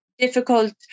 difficult